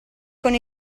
con